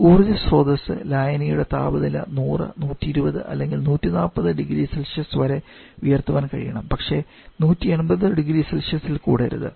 ഈ ഊർജ്ജ സോതസ്സ്ലായനിയുടെ താപനില 100 120 അല്ലെങ്കിൽ 140 0C വരെ ഉയർത്താൻ കഴിയണം പക്ഷേ 180 0C ൽ കൂടരുത്